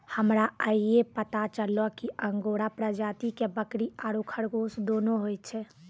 हमरा आइये पता चललो कि अंगोरा प्रजाति के बकरी आरो खरगोश दोनों होय छै